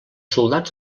soldats